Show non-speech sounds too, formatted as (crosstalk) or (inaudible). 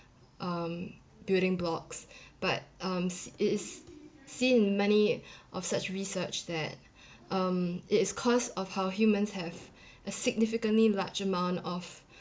um building blocks (breath) but um s~ it is seen many (breath) of such research that (breath) um it is cause of how humans have (breath) a significantly large amount of (breath)